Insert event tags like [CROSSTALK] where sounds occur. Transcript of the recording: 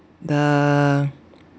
the [NOISE]